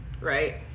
Right